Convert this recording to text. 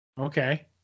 Okay